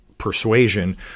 persuasion